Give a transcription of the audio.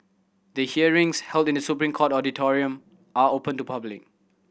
the hearings held in The Supreme Court auditorium are open to public